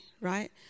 right